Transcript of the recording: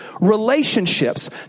relationships